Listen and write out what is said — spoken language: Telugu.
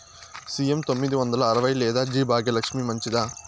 సి.ఎం తొమ్మిది వందల అరవై లేదా జి భాగ్యలక్ష్మి మంచిదా?